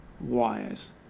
Wires